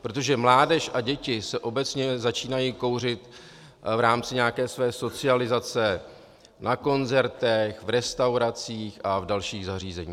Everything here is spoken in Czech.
Protože mládež a děti obecně začínají kouřit v rámci nějaké své socializace na koncertech, v restauracích a dalších zařízeních.